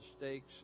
mistakes